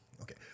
Okay